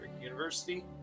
University